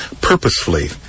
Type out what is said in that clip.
purposefully